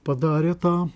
padarė tą